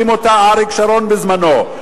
הקים אותה אריק שרון בזמנו,